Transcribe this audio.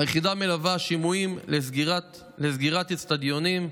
היחידה מלווה שימועים לסגירת אצטדיונים.